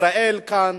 ישראל כאן,